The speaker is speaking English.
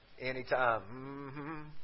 Anytime